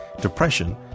depression